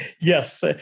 Yes